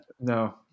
No